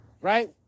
right